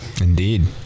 Indeed